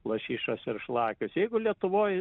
lašišas ir šlakius jeigu lietuvoj